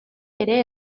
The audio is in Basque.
ere